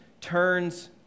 turns